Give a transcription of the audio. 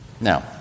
Now